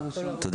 גם